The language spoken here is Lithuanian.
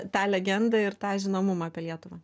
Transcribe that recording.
tą legendą ir tą žinomumą apie lietuvą